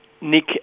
Nick